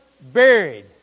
buried